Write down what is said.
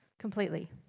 completely